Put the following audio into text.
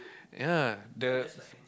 ya the